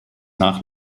nach